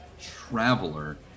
Traveler